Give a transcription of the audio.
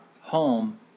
home